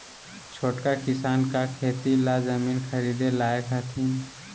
छोटका किसान का खेती ला जमीन ख़रीदे लायक हथीन?